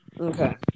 Okay